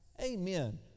Amen